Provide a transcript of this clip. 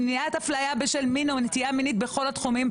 מניעת אפליה בשל מין או נטייה מינית בכל התחומים,